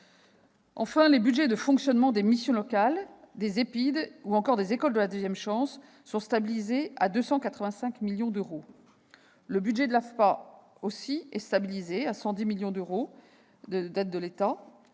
les budgets de fonctionnement des missions locales, des EPIDE ou encore des écoles de la deuxième chance sont stabilisés à 285 millions d'euros. Le budget de l'AFPA est également stabilisé, à 110 millions d'euros. L'année 2018